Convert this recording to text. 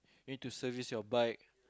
you need to service your bike